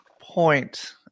point